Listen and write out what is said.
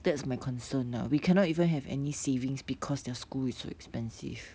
that's my concern now we cannot even have any savings because their school is too expensive